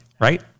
right